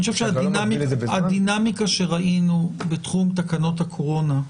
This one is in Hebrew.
אני חושב שהדינמיקה שראינו בתחום תקנות הקורונה,